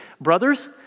brothers